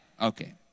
okay